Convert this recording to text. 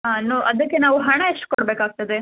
ಹಾಂ ನೋ ಅದಕ್ಕೆ ನಾವು ಹಣ ಎಷ್ಟು ಕೊಡಬೇಕಾಗ್ತದೆ